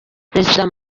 perezida